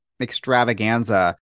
extravaganza